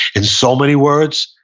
in so many words,